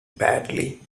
badly